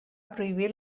prohibir